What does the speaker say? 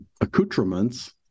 accoutrements